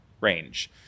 range